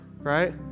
right